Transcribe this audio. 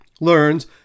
learns